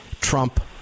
Trump